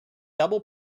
double